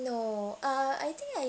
no uh I think I